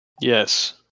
yes